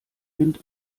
wind